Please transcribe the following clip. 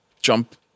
jump